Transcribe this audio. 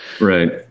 Right